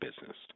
business